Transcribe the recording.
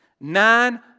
nine